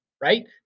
right